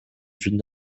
جود